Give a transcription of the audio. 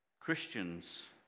Christians